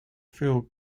feel